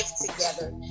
together